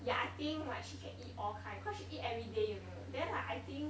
ya I think like she can eat all kind cause she eat everyday you know then like I think